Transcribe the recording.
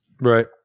right